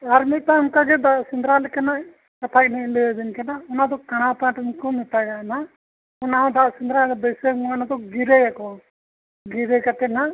ᱟᱨ ᱢᱤᱫᱴᱟᱝ ᱚᱱᱠᱟᱜᱮ ᱫᱟᱜ ᱥᱮᱸᱫᱽᱨᱟ ᱞᱮᱠᱟᱱᱟᱜ ᱠᱟᱛᱷᱟ ᱜᱮᱞᱤᱧ ᱞᱟᱹᱭ ᱟᱹᱵᱤᱱ ᱠᱟᱱᱟ ᱚᱱᱟ ᱫᱚ ᱠᱟᱬᱟ ᱯᱟᱴ ᱜᱮᱠᱚ ᱢᱮᱛᱟᱜᱟ ᱱᱟᱦᱟᱜ ᱚᱱᱟ ᱦᱚᱸ ᱫᱟᱜ ᱥᱮᱸᱫᱽᱨᱟ ᱵᱟᱹᱭᱥᱟᱹᱠᱷ ᱵᱚᱸᱜᱟ ᱚᱱᱟ ᱫᱚ ᱜᱤᱨᱟᱹᱭᱟᱠᱚ ᱜᱤᱨᱟᱹ ᱠᱟᱛᱮᱫ ᱱᱟᱦᱟᱜ